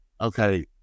okay